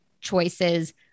choices